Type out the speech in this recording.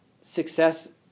success